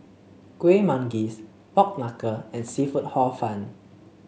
Kuih Manggis Pork Knuckle and seafood Hor Fun